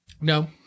no